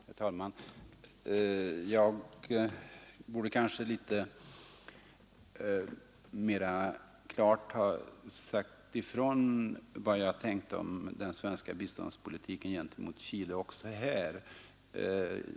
Herr talman! Jag borde kanske litet mera klart ha sagt ifrån vad jag tänkte om den svenska biståndspolitiken gentemot Chile också här.